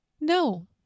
no